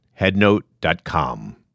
headnote.com